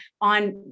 on